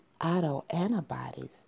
autoantibodies